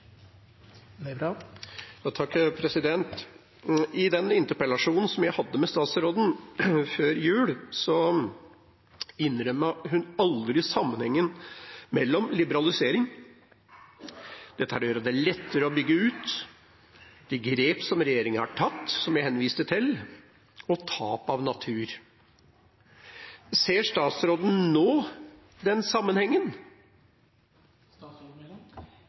den interpellasjonen som jeg hadde til statsråden før jul, innrømte hun aldri sammenhengen mellom liberalisering, dette å gjøre det lettere å bygge ut – de grep som regjeringa har tatt, som jeg henviste til – og tap av natur. Ser statsråden nå den sammenhengen?